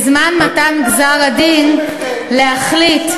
בזמן מתן גזר-הדין להחליט,